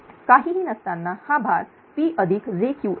काहीही नसताना हा भार PjQl होता